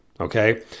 Okay